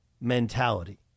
mentality